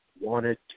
wanted